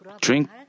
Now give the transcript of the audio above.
drink